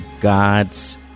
God's